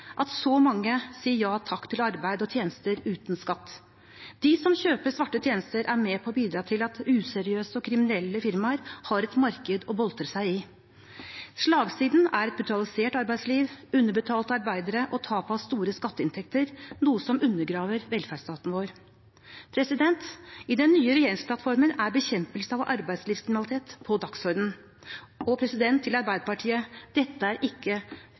at så mange sier ja takk til arbeid og tjenester uten skatt. De som kjøper svarte tjenester, er med på å bidra til at useriøse og kriminelle firmaer har et marked å boltre seg i. Slagsiden er et brutalisert arbeidsliv, underbetalte arbeidere og tap av store skatteinntekter, noe som undergraver velferdsstaten vår. I den nye regjeringsplattformen er bekjempelse av arbeidslivskriminalitet på dagsordenen. Og til Arbeiderpartiet: Dette er ikke